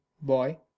boy